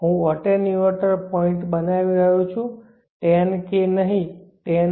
હું attenuator point બનાવી રહ્યો છું 10K નહીં 10K